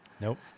Nope